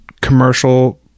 commercial